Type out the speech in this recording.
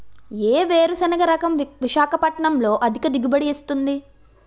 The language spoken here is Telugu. ఏ వేరుసెనగ రకం విశాఖపట్నం లో అధిక దిగుబడి ఇస్తుంది?